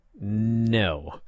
no